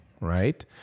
Right